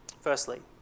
Firstly